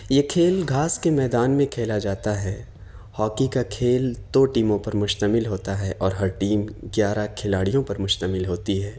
یہ کھیل گھاس کے میدان میں کھیلا جاتا ہے ہاکی کا کھیل دو ٹیموں پر مشتمل ہوتا ہے اور ہر ٹیم گیارہ کھلاڑیوں پر مشتمل ہوتی ہے